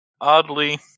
Oddly